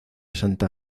santa